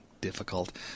difficult